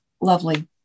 lovely